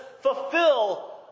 fulfill